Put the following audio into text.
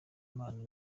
imana